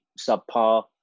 subpar